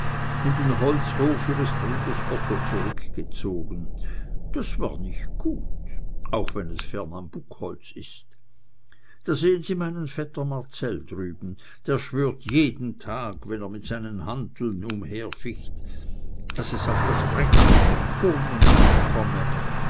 in den holzhof ihres bruders otto zurückgezogen das war nicht gut auch wenn es fernambukholz ist da sehen sie meinen vetter marcell drüben der schwört jeden tag wenn er mit seinen hanteln umherficht daß es auf das reck und das turnen ankomme